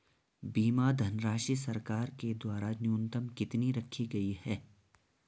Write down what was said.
बीमा धनराशि सरकार के द्वारा न्यूनतम कितनी रखी गई है?